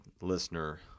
listener